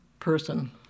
person